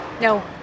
No